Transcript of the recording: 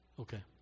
Okay